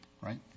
right